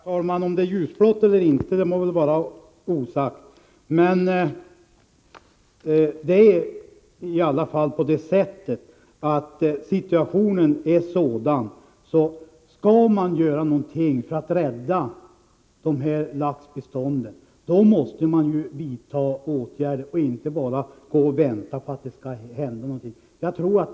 Herr talman! Om det är ljusblått eller inte må vara osagt, men situationen är sådan att om man skall kunna rädda laxbeståndet måste man vidta åtgärder och inte bara vänta på att det skall hända någonting.